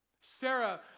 Sarah